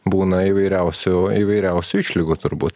būna įvairiausių įvairiausių išlygų turbūt